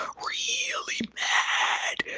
but really mad,